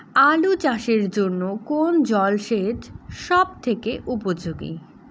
আলু চাষের জন্য কোন জল সেচ সব থেকে উপযোগী?